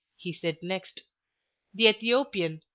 he said next the ethiopian,